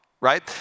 right